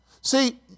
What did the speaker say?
See